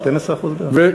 כמה זה, 12%, בערך?